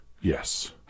Yes